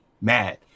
mad